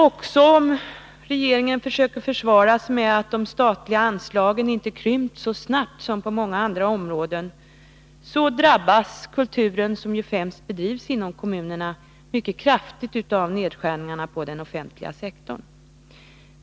Även om regeringen försöker försvara sig med att de statliga anslagen inte har krympt så snabbt som anslagen på många andra områden, drabbas kulturen, som ju främst bedrivs inom kommunerna, mycket hårt av nedskärningarna inom den offentliga sektorn.